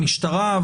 המשטרה,